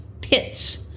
pits